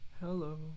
Hello